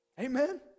Amen